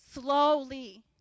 slowly